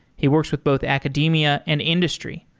he works with both academia and industry.